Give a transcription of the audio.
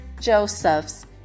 Josephs